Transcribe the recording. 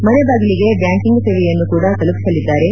ಮನೆಬಾಗಿಲಿಗೆ ಬ್ಯಾಂಕಿಂಗ್ ಸೇವೆಯನ್ನು ಕೂಡ ತಲುಪಿಸಲಿದ್ದಾರೆ